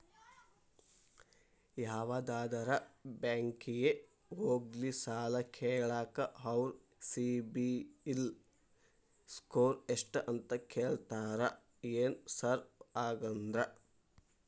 ಯಾವದರಾ ಬ್ಯಾಂಕಿಗೆ ಹೋಗ್ಲಿ ಸಾಲ ಕೇಳಾಕ ಅವ್ರ್ ಸಿಬಿಲ್ ಸ್ಕೋರ್ ಎಷ್ಟ ಅಂತಾ ಕೇಳ್ತಾರ ಏನ್ ಸಾರ್ ಹಂಗಂದ್ರ?